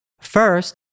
First